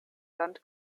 sand